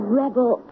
rebel